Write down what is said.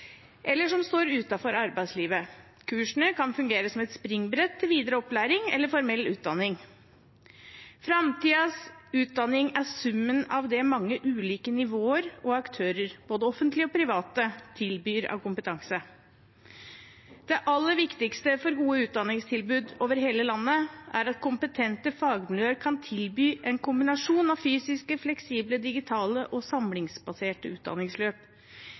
eller som står utenfor arbeidslivet. Kursene kan fungere som et springbrett til videre opplæring eller formell utdanning. Framtidens utdanning er summen av det mange ulike nivåer og aktører, både offentlige og private, tilbyr av kompetanse. Det aller viktigste for gode utdanningstilbud over hele landet er at kompetente fagmiljøer kan tilby en kombinasjon av fysiske, fleksible, digitale og samlingsbaserte utdanningsløp.